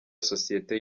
sosiyete